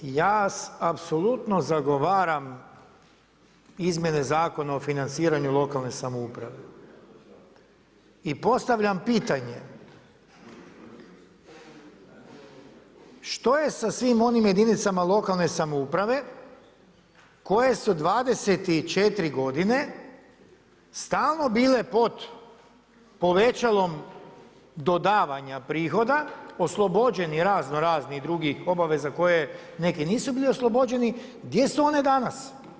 Ja apsolutno zagovaram izmjene Zakona o financiranju lokalne samouprave i postavljam pitanje, što je sa svim onim jedinicama lokalne samouprave koje su 24 godine stalno bile pod povećalom dodavanja prihoda, oslobođeni raznoraznih drugih obaveza koje neke nisu bile oslobođeni, gdje su one danas?